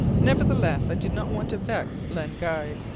nevertheless i did not want to vex len guy,